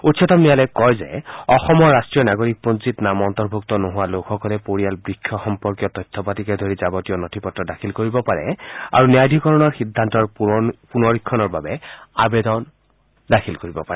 উচ্চতম ন্যায়ালয়ে লগতে কয় যে অসমৰ ৰাষ্ট্ৰীয় নাগৰিকপঞ্জীত নাম অন্তৰ্ভূক্ত নোহোৱা লোকসকলে পৰিয়াল বৃক্ষ সম্পৰ্কীয় তথ্য পাতিকে ধৰি যাৱতীয় নথি পত্ৰ দাখিল কৰিব পাৰে আৰু ন্যায়াধীকৰণৰ সিদ্ধান্তৰ পুনৰীক্ষণৰ বাবে আৱেদন দাখিল কৰিব পাৰে